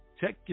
Check